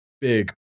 big